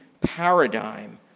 paradigm